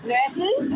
Nurses